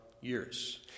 years